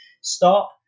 stop